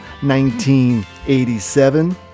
1987